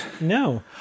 No